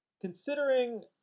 considering